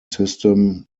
system